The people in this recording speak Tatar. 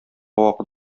вакыт